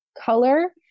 color